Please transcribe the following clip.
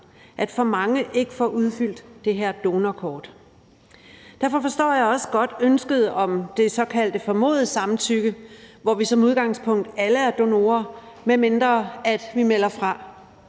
at for mange ikke får udfyldt det her donorkort. Derfor forstår jeg også godt ønsket om det såkaldte formodede samtykke, hvor vi som udgangspunkt alle er donorer, medmindre vi melder fra,